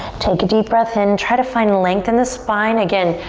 take a deep breath in. try to find length in the spine. again,